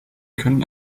können